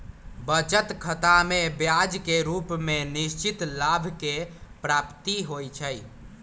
बचत खतामें ब्याज के रूप में निश्चित लाभ के प्राप्ति होइ छइ